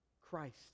Christ